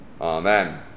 Amen